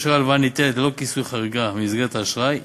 כאשר ההלוואה ניתנת לכיסוי חריגה ממסגרת האשראי,